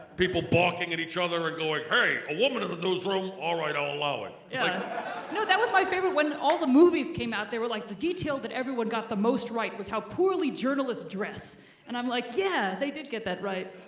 people barking at each other and ah going hey, a woman in the newsroom, all right i'll allow it. yeah no, that was my favorite when all the movies came out they were like the detail that everyone got the most right was how poorly journalists dress and i'm like yeah they did get that right.